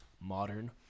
Modern